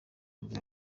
nibwo